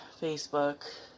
Facebook